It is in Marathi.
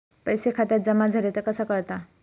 पैसे खात्यात जमा झाले तर कसा कळता?